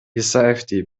исаевди